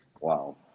Wow